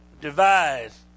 devise